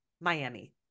Miami